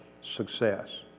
success